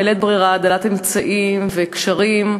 האימא, בלית ברירה, דלת אמצעים וקשרים,